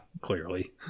Clearly